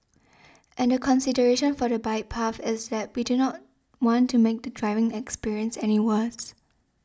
and the consideration for the bike path is that we do not want to make the driving experience any worse